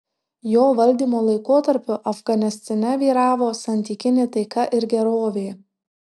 jo valdymo laikotarpiu afganistane vyravo santykinė taika ir gerovė